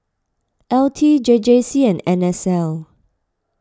L T J J C and N S L